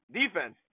defense